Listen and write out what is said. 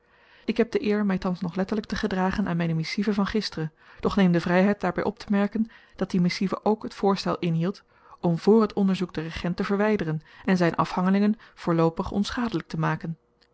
ik heb de eer my thans nog letterlyk te gedragen aan myne missive van gister doch neem de vryheid daarby optemerken dat die missive k het voorstel inhield om vr het onderzoek den regent te verwyderen en zyn afhangelingen voorloopig onschadelyk te maken